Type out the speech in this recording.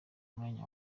mwanya